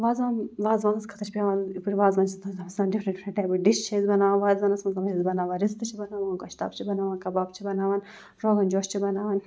وازوان وازوانَس خٲطرٕ چھِ پٮ۪وان یَپٲرۍ وازوان چھِ آسان تَتھ منٛز چھِ آسان ڈِفرَنٛٹ ڈِفرَنٛٹ ٹایپہٕ ڈِش چھِ أسۍ بَناوان وازوانَس منٛز تَتھ منٛز چھِ أسۍ بَناوان رِستہٕ چھِ بَناوان گۄشتاب چھِ بَناوان کَباب چھِ بَناوان روغن جوش چھِ بَناوان